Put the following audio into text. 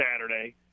Saturday